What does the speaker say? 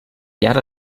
llar